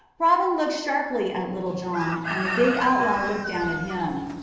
robin looked sharply at little john, and the big outlaw looked down at him.